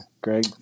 Greg